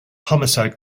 homicide